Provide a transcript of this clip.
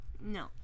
No